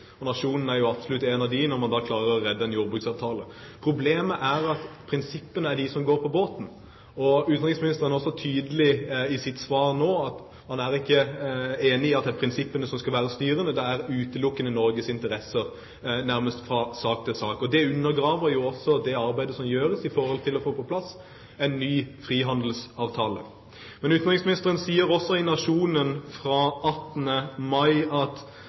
og oppslaget i Nationen er jo absolutt en av dem, når man klarer å redde en jordbruksavtale. Problemet er at prinsippene går på båten. Utenriksministeren er også tydelig i sitt svar nå, man er ikke enig i at det er prinsippene som skal være styrende, det er utelukkende Norges interesser, nærmest fra sak til sak. Det undergraver jo også det arbeidet som gjøres for få på plass en ny frihandelsavtale. Men utenriksministeren sier også i Nationen 18. mai at